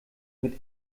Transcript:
mit